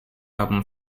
album